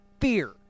fear